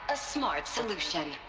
a smart solution.